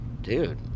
Dude